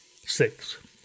Six